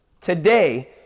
Today